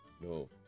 no